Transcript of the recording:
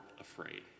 afraid